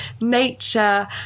nature